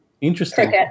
Interesting